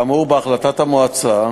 כאמור, בהחלטת המועצה,